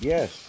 Yes